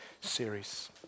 series